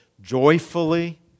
joyfully